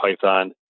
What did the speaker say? Python